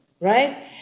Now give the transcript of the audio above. right